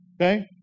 Okay